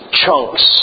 chunks